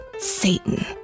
satan